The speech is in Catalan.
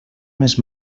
més